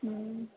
हुँ